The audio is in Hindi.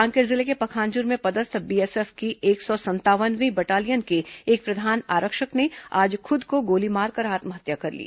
कांकेर जिले के पखांजूर में पदस्थ बीएसएफ की एक सौ संतानवीं बटालियन के एक प्रधान आरक्षक ने आज खुद को गोली मारकर आत्महत्या कर ली